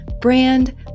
brand